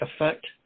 effect